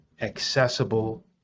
accessible